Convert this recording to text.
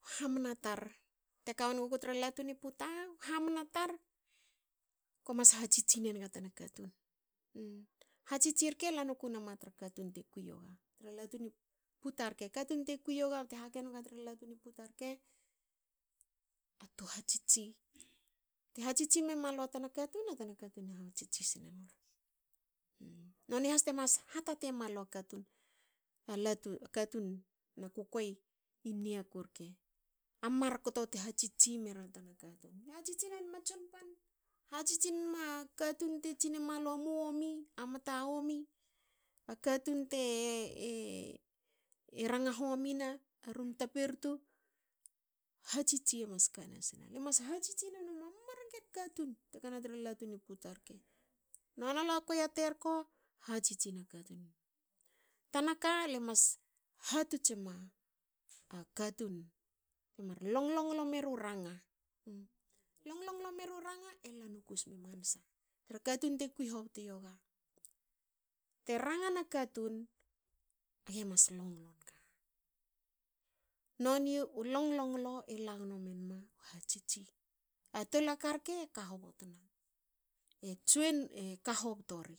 Hamna tar. Teka wengu ku tra latu ni puta hamna tar komas hatsitsi enga tana katun. Hatsihatsi rke lanokun ma tra katun tekui yo ga. Latu ni puta rke. katun tekui yo ga bte hake nu ga tra latu ni puta rke a tu hatsitsi. Te hatsitsi e mualu a tana katun, a tana katun e hatsitsi senulu. Noni has temas hatate malu a katun. a latu. a katun na kukuei niaku rke. A markto te hatsitsi mera tana katun. Lemas hatsitsi enma tsonpan, hatsitsi nma katun te tsine malu a mu yomi. a mta yomi. a katun te ranga homina, a katun a mta pertu, hatsitsi e mas ka nasne. Mas hatsitsi enum a mamana marken katun te kana tra latu ni puta rke. Nalu a kwei a terko hatsitsi na takun. Tanaka. ale mas hatots enma katun temar longlonglo meru ranga. longlonglo meru ranga e la noku smi mansa tra katun te kui hobti yo ga. te ranga na katun, age mas longlo nga. Noni u longlonglo e la gnom mena hatsitsi. A tol a ka rke e ka hobot na. E join e ka hobto ri.